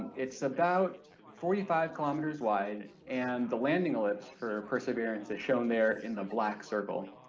it's about forty five kilometers wide and the landing ellipse for perseverance is shown there in the black circle.